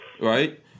Right